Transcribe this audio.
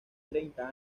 treinta